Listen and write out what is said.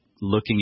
Looking